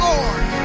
Lord